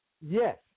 Yes